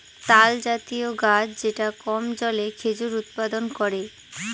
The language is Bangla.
তালজাতীয় গাছ যেটা কম জলে খেজুর উৎপাদন করে